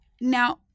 Now